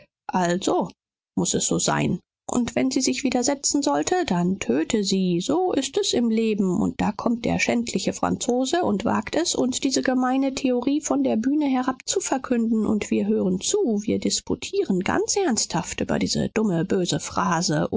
also muß es so sein und wenn sie sich widersetzen sollte dann töte sie so ist es im leben und da kommt der schändliche franzose und wagt es uns diese gemeine theorie von der bühne herab zu verkünden und wir hören zu wir disputieren ganz ernsthaft über diese dumme böse phrase